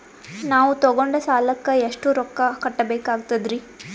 ನಾವು ತೊಗೊಂಡ ಸಾಲಕ್ಕ ಎಷ್ಟು ರೊಕ್ಕ ಕಟ್ಟಬೇಕಾಗ್ತದ್ರೀ?